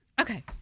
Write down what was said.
Okay